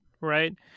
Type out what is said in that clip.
right